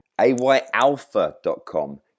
ayalpha.com